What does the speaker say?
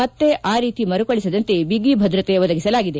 ಮತ್ತೆ ಆ ರೀತಿ ಮರುಕಳಿಸದಂತೆ ಬಿಗಿಭದ್ರತೆ ಒದಗಿಸಲಾಗಿದೆ